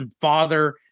father